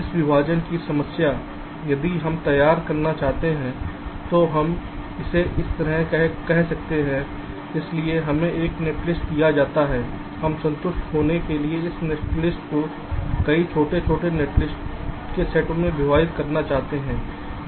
इसलिए विभाजन की समस्या यदि हम तैयार करना चाहते हैं तो हम इसे इस तरह कह सकते हैं इसलिए हमें एक नेटलिस्ट दिया जाता है हम संतुष्ट होने के लिए इन नेटलिस्ट को कई छोटे नेटलिस्ट के सेट में विभाजित करना चाहते हैं